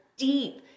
deep